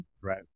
Right